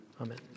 Amen